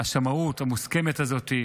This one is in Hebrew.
השמאות המוסכמת הזאת.